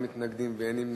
נמנעים.